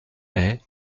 est